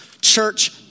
church